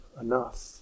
enough